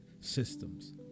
systems